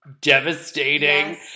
devastating